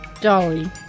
Dolly